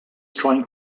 trying